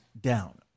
down